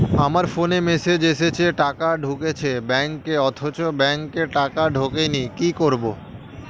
আমার ফোনে মেসেজ এসেছে টাকা ঢুকেছে ব্যাঙ্কে অথচ ব্যাংকে টাকা ঢোকেনি কি করবো?